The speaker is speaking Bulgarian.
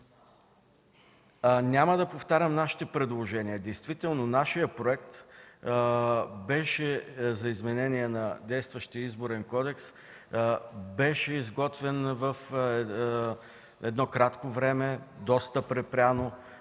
Няма да повтарям нашите предложения. Действително нашият проект за изменение на действащия Изборен кодекс беше изготвен в кратко време, доста припряно.